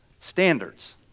standards